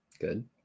Good